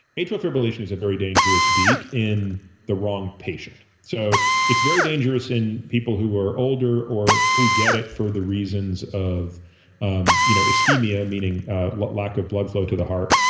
atrial fibrillation is a very dangerous beat the wrong patient. so it's very dangerous in people who are older or who get it for the reasons of um you know ischemia, meaning lack of blood flow to the heart,